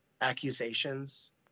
accusations